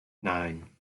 nine